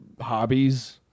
hobbies